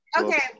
okay